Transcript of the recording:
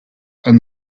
and